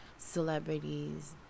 celebrities